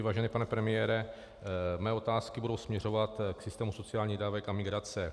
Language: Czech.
Vážený pane premiére, mé otázky budou směřovat k systému sociálních dávek a migrace.